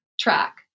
track